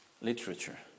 literature